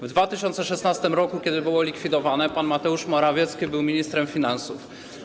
W 2016 r., kiedy było ono likwidowane, pan Mateusz Morawiecki był ministrem finansów.